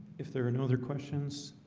if there are no other questions,